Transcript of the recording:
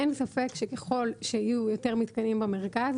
אין ספק שככל שיהיו יותר מתקנים במרכז,